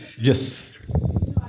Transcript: Yes